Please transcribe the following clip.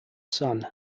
sun